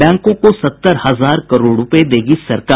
बैंकों को सत्तर हजार करोड़ रूपये देगी सरकार